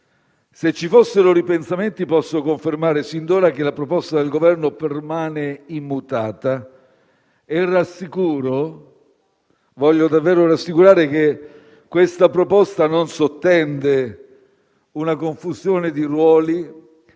Se ci fossero ripensamenti, posso confermare sin d'ora che la proposta del Governo permane immutata e voglio davvero rassicurare che essa non sottende una confusione di ruoli,